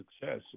success